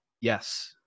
Yes